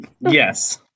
Yes